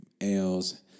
ales